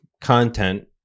content